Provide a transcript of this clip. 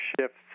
shifts